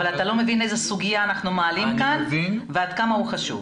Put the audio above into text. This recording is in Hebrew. אתה לא מבין איזו סוגיה אנחנו מעלים כאן ועד כמה היא חשובה.